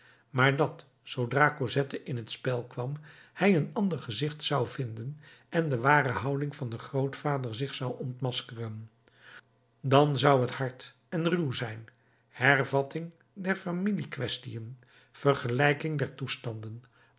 maar dat zoodra cosette in t spel kwam hij een ander gezicht zou vinden en de ware houding van den grootvader zich zou ontmaskeren dan zou het hard en ruw zijn hervatting der familiequaestiën vergelijking der toestanden